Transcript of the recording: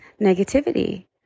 negativity